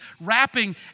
wrapping